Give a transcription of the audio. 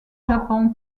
japon